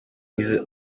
iza